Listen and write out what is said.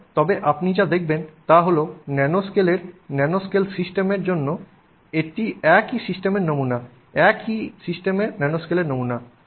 সুতরাং তবে আপনি যা দেখবেন তা হল ন্যানোস্কেলের ন্যানোস্কেল সিস্টেমের জন্য একই সিস্টেমের নমুনা একই একই সিস্টেমের ন্যানোস্কেলের নমুনা